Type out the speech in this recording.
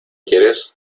quieres